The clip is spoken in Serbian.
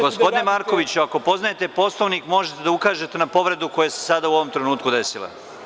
Gospodine Markoviću, ako poznajete Poslovnik, možete da ukažete na povredu koja se sada u ovom trenutku desila.